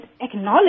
acknowledge